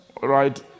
right